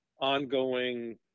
ongoing